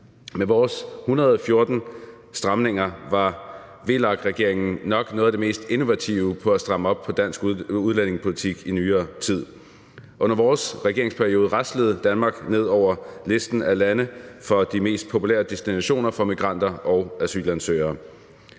Med vores 114 stramninger var VLAK-regeringen nok noget af det mest innovative i forhold til at stramme op på dansk udlændingepolitik i nyere tid. I vores regeringsperiode raslede Danmark ned på listen af lande over de mest populære destinationer for migranter og asylansøgere.